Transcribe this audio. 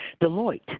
Deloitte